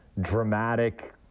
dramatic